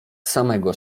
samego